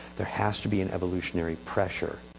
there has to be an evolutionary pressure.